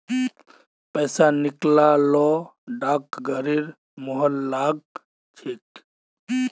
पैसा निकला ल डाकघरेर मुहर लाग छेक